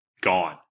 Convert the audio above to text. gone